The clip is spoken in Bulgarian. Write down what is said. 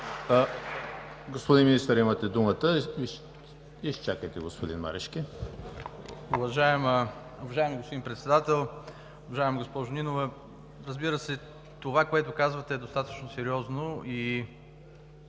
Господин Министър, имате думата. МИНИСТЪР ВЛАДИСЛАВ ГОРАНОВ: Уважаеми господин Председател, уважаема госпожо Нинова! Разбира се, това, което казвате, е достатъчно сериозно и